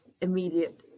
immediate